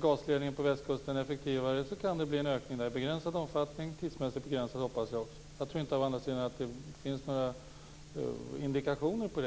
gasledningen på Västkusten effektivare kan det bli en ökning där i begränsad omfattning, också tidsmässigt begränsad, hoppas jag. Jag tror å andra sidan inte att det finns några indikationer på det.